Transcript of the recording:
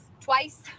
twice